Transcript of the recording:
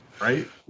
right